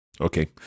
Okay